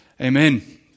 Amen